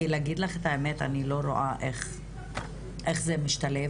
כי להגיד לך את האמת, אני לא רואה איך זה משתלב.